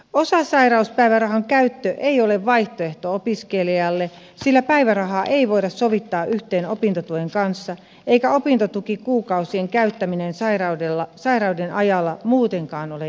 osasairauspäivärahan käyttö ei ole vaihtoehto opiskelijalle sillä päivärahaa ei voida sovittaa yhteen opintotuen kanssa eikä opintotukikuukausien käyttäminen sairauden ajalla muutenkaan ole järkevää